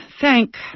thank